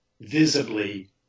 visibly